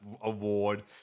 award